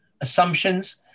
assumptions